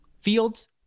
Fields